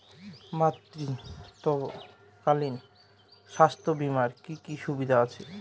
মাতৃত্বকালীন স্বাস্থ্য বীমার কি কি সুবিধে আছে?